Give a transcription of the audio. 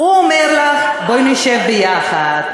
הוא אומר לך: בואי נשב ביחד,